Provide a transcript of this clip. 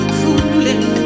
fooling